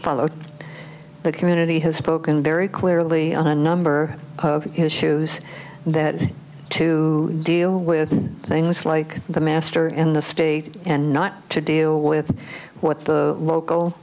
followed the community has spoken very clearly in a number of his shoes that to deal with things like the master in the state and not to deal with what the local